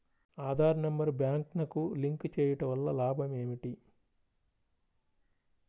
Aadhaar number బ్యాంక్నకు link చేయుటవల్ల లాభం ఏమిటి?